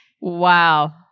Wow